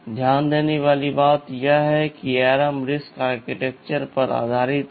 ध्यान देने वाली बात यह है कि ARM RISC आर्किटेक्चर पर आधारित है